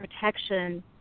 protection